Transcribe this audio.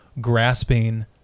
grasping